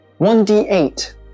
1d8